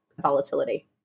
volatility